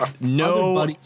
no